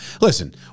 Listen